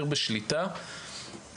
יותר בשליטה,